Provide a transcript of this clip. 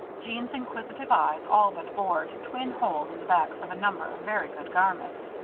jeanne's inquisitive eyes all but bored twin holes in the backs of a number of very good garments.